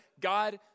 God